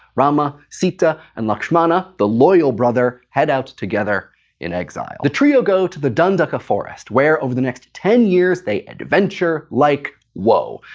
rama, sita and lakshmana, the loyal brother, head out together in exile. the trio go to the dandaka forest, where over the next ten years, they adventure like, woah!